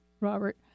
Robert